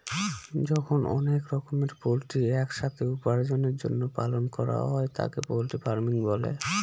যখন অনেক রকমের পোল্ট্রি এক সাথে উপার্জনের জন্য পালন করা হয় তাকে পোল্ট্রি ফার্মিং বলে